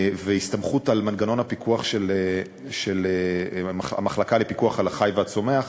והסתמכות על מנגנון הפיקוח של המחלקה לפיקוח על החי והצומח,